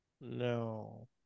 no